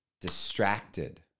distracted